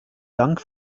dank